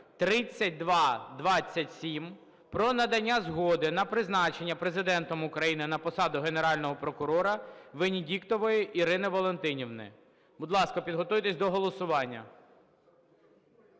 3227: про надання згоди на призначення Президентом України на посаду Генерального прокурора Венедіктової Ірини Валентинівни. Будь ласка, підготуйтесь до голосування.